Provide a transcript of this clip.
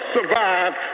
survived